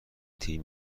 تیر